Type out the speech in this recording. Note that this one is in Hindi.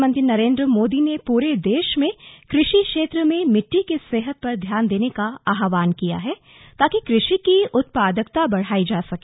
प्रधानमंत्री नरेन्द्र मोदी ने पूरे देश में कृषि क्षेत्र में मिट्टी की सेहत पर ध्यान देने का आह्वान किया है ताकि कृषि की उत्पादकता बढ़ाई जा सके